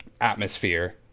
atmosphere